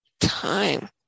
time